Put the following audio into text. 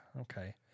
okay